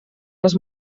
les